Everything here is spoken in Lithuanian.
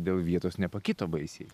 dėl vietos nepakito baisiai